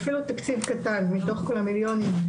אפילו תקציב קטן מתוך כל המיליונים,